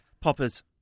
Poppers